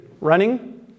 running